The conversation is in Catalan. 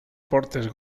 portes